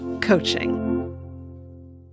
coaching